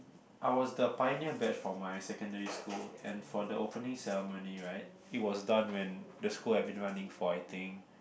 I was the pioneer batch for my secondary school and for the opening ceremony right it was done when this school have been running for I think